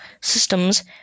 Systems